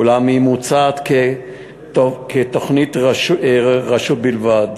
אולם היא מוצעת כתוכנית רשות בלבד.